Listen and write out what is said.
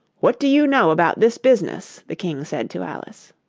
what do you know about this business the king said to alice.